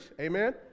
Amen